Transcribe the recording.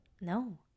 No